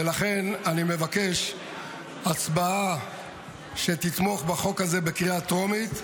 ולכן אני מבקש הצבעה שתתמוך בחוק הזה בקריאה טרומית,